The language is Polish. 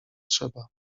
trzeba